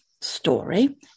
story